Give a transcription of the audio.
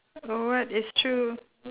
oh what it's true